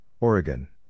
Oregon